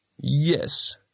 Yes